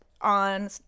on